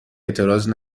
اعتراض